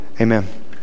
amen